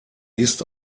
ist